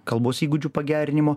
kalbos įgūdžių pagerinimo